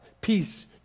peace